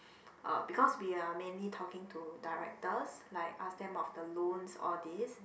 uh because we are mainly to directors like ask them of the loans all this